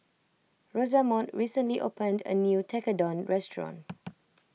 Rosamond recently opened a new Tekkadon restaurant